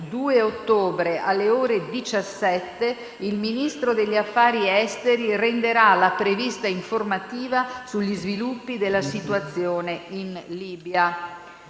2 ottobre, alle ore 17, il Ministro degli affari esteri renderà la prevista informativa sugli sviluppi della situazione in Libia.